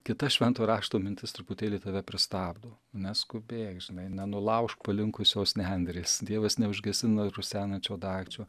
kita švento rašto mintis truputėlį tave pristabdo neskubėk žinai nenulaužk palinkusios nendrės dievas neužgesina rusenančio dagčio